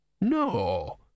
No